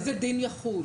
איזה דין יחול?